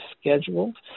scheduled